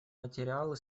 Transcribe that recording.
материалы